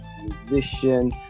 musician